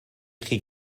chi